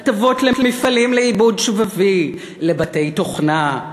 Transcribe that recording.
הטבות למפעלים לעיבוד שבבי, לבתי-תוכנה,